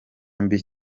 mbi